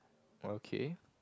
okay